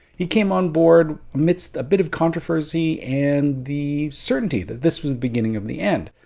he came on board amidst a bit of controversy and the certainty that this was beginning of the end.